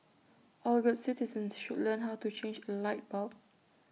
all good citizens should learn how to change A light bulb